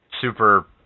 super